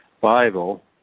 Bible